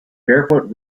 barefoot